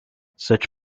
such